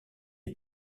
les